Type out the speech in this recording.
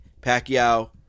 Pacquiao